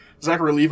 Zachary